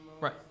Right